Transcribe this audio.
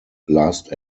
last